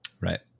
Right